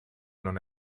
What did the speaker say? non